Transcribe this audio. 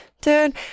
Dude